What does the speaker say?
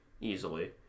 easily